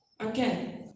Okay